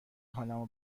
حالمو